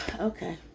Okay